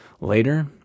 later